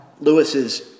Lewis's